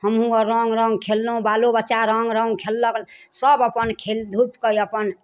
हमहूँ आओर रङ्ग रङ्ग खेललहुँ बालो बच्चा रङ्ग रङ्ग खेललक सब अपन खेल धूपके अपन